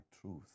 truth